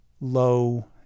low